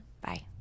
Bye